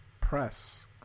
press